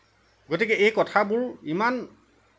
গতিকে এই কথাবোৰ ইমান